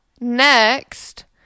next